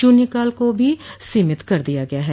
शून्यकाल को भी सीमित कर दिया गया है